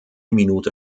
minute